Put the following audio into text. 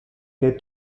que